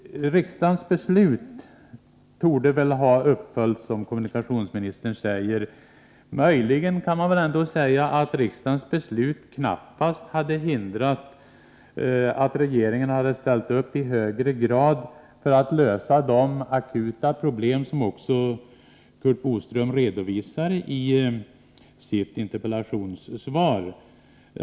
Riksdagens beslut torde väl ha följts upp, som kommunikationsministern säger. Möjligen kan man säga att riksdagens beslut knappast hade hindrat att regeringen i högre grad ställt upp för att lösa de akuta problem som också Curt Boström redovisade i sitt interpellationssvar.